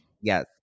Yes